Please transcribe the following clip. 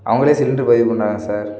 அவங்களே சிலிண்ட்ரு பதிவு பண்ணுறாங்க சார்